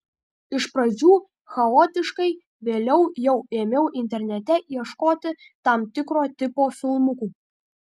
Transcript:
iš pradžių chaotiškai vėliau jau ėmiau internete ieškoti tam tikro tipo filmukų